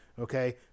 Okay